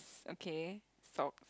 okay sock